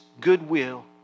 goodwill